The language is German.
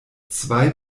zwei